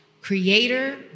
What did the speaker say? creator